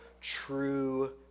true